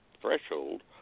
threshold